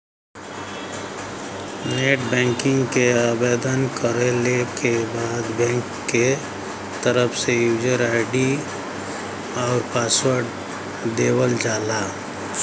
net banking क आवेदन कइले के बाद बैंक क तरफ से यूजर आई.डी आउर पासवर्ड देवल जाला